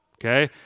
Okay